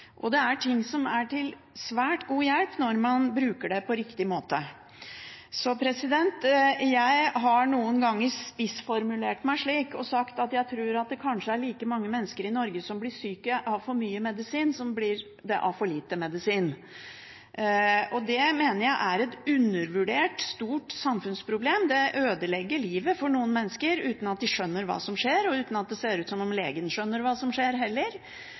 det er også ting som er til svært god hjelp når man bruker det på riktig måte. Jeg har noen ganger spissformulert meg og sagt at jeg tror det kanskje er like mange mennesker i Norge som blir syke av for mye som av for lite medisin. Det mener jeg er et undervurdert, stort samfunnsproblem. Det ødelegger livet for noen mennesker uten at de skjønner hva som skjer, og uten at det ser ut som om legen skjønner hva som skjer.